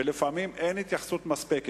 ולפעמים אין התייחסות מספקת.